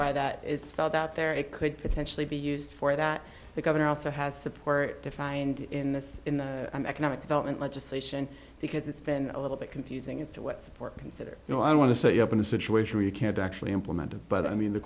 why that it's felt out there it could potentially be used for that the governor also has support defined in this in the economic development legislation because it's been a little bit confusing as to what support considering you know i want to set you up in a situation where you can't actually implement it but i mean the